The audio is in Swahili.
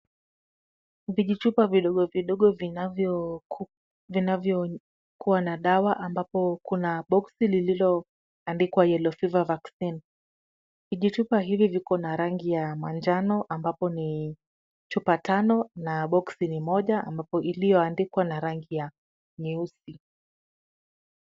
Vijichupa vidogo vidogo vinavyokuwa na dawa ambapo kuna boksi lililoandikwa yellow fever vaccine . Vijichupa hivi viko na rangi ya manjano ambapo ni chupa tano na boksi ni moja ambapo iliyoandikwa na rangi ya nyeusi.